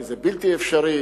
כי זה בלתי אפשרי,